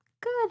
Good